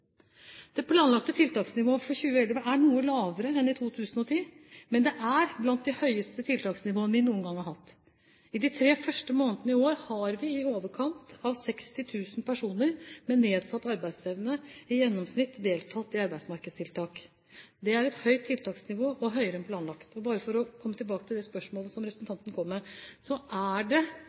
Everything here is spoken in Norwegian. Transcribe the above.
Det planlagte tiltaksnivået for 2011 er noe lavere enn i 2010, men det er blant de høyeste tiltaksnivåene vi noen gang har hatt. I de tre første månedene i år har i overkant av 60 000 personer med nedsatt arbeidsevne i gjennomsnitt deltatt i arbeidsmarkedstiltak. Det er et høyt tiltaksnivå og høyere enn planlagt. Og, bare for å komme tilbake til det spørsmålet som representanten kom med, det er naturlige svingninger gjennom et år. Det